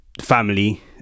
family